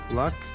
luck